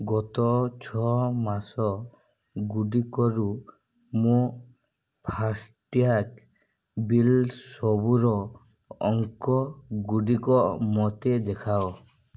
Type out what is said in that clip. ଗତ ଛଅ ମାସ ଗୁଡ଼ିକରୁ ମୋ ଫାସ୍ଟ୍ୟାଗ୍ ବିଲ୍ ସବୁର ଅଙ୍କ ଗୁଡ଼ିକ ମୋତେ ଦେଖାଅ